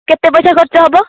କେତେ ପଇସା ଖର୍ଚ୍ଚ ହେବ